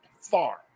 far